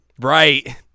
Right